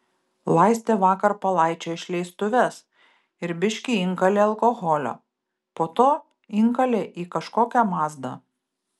laistė vakar palaičio išleistuves ir biškį inkalė alkoholio po to inkalė į kažkokią mazdą